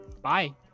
Bye